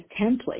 template